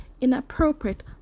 inappropriate